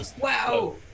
Wow